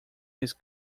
his